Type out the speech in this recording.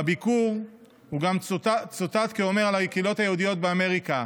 בביקור הוא גם צוטט כאומר על הקהילות היהודיות באמריקה